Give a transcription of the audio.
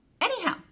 anyhow